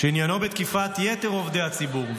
-- שעניינו תקיפת יתר עובדי הציבור,